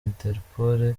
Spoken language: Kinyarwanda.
interpol